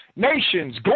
Nations